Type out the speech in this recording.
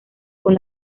con